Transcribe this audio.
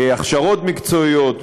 הכשרות מקצועיות,